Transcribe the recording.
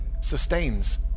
sustains